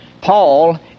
Paul